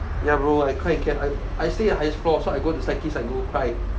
ya bro I cry in camp I I stay in highest floor so I go to staircase and go cry